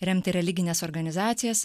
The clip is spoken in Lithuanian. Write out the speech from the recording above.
remti religines organizacijas